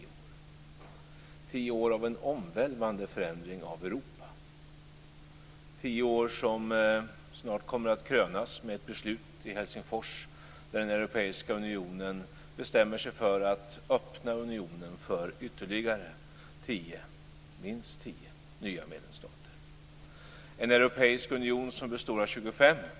Det har varit tio år av en omvälvande förändring av Europa. Det har varit tio år som snart kommer att krönas av ett beslut i Helsingfors när den europeiska unionen bestämmer sig för att öppna unionen för ytterligare minst tio nya medlemsstater. Det blir en europeisk union som består av 25 stater.